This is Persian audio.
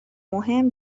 مهم